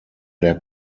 der